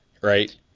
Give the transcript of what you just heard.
right